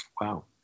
Wow